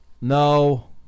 No